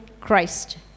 Christ